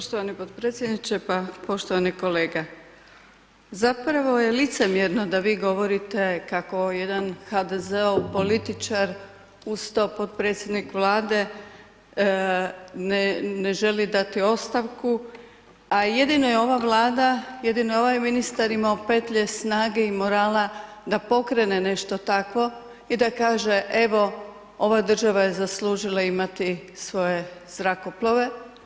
Poštovani potpredsjedniče, pa poštovane kolege, zapravo je licemjerno da vi govorite kako jedan HDZ-ov političar, uz to potpredsjednik Vlade, ne želi dati ostavku, a jedino je ova Vlada, jedino je ovaj ministar imao petlje, snage i morala da pokrene nešto takvo i da kaže, evo ova država je zaslužila imati svoje zrakoplove.